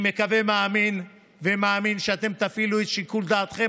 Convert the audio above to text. אני מקווה ומאמין שאתם תפעילו את שיקול דעתכם